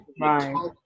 right